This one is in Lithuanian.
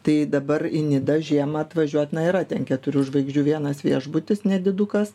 tai dabar į nidą žiemą atvažiuot na yra ten keturių žvaigždžių vienas viešbutis nedidukas